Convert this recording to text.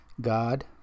God